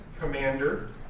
commander